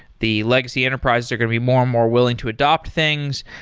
the legacy enterprises are going to be more and more willing to adopt things,